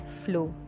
flow